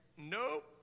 nope